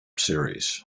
series